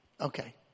Okay